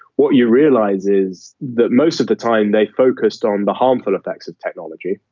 what you realize is that most of the time they focused on the harmful effects of technology.